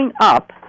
up